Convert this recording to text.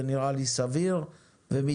זה נראה לי סביר ומידתי.